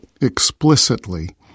explicitly